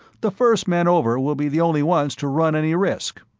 the first men over will be the only ones to run any risk.